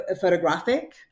photographic